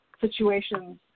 situations